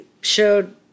showed